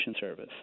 service